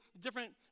different